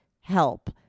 help